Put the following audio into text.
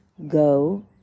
Go